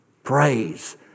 Praise